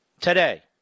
today